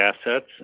assets